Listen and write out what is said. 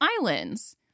Islands